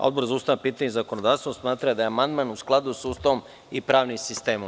Odbor za ustavna pitanja i zakonodavstvo smatra da je amandman u skladu sa Ustavom i pravnim sistemom.